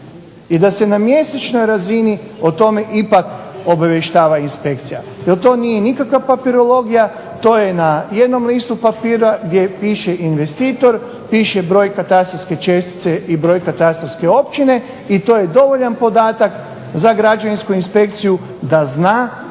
i da se na mjesečnoj razini o tome ipak obavještava inspekcija. Jer to nije nikakva papirologija, to je na jednom listu papira gdje piše investitor, piše broj katastarske čestice i broj katastarske općine i to je dovoljan podatak za građevinsku inspekciju da zna